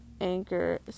Anchor